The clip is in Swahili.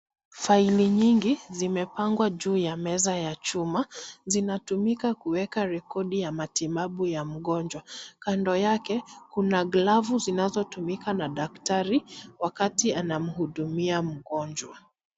Faili nyingi zimepangwa juu ya meza ya chuma, zinatumika kuweka rekodi ya matibabu ya mgonjwa. Kando yake, kuna glavu zinazotumika na daktari wakati anamhudumia mgonjwa.